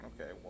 Okay